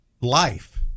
life